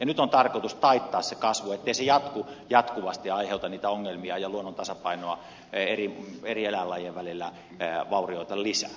nyt on tarkoitus taittaa se kasvu ettei se jatku jatkuvasti ja aiheuta niitä ongelmia ja vaurioita luonnon tasapainoa eri eläinlajien välillä lisää